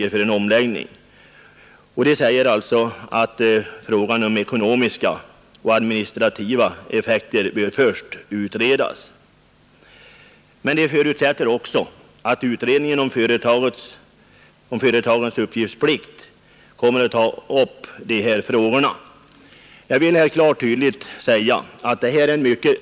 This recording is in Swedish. Man skriver i yttrandet att frågan är komplicerad och att bl.a. de ekonomiska och administrativa effekterna först måste utredas, men man säger också att den pågående utredningen om ”företagens uppgiftsplikt” kommer att kunna pröva möjligheterna att förbättra gällande ordning när det gäller uppbördsfrågorna.